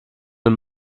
den